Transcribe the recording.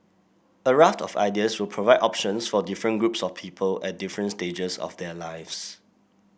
a raft of ideas will provide options for different groups of people at different stages of their lives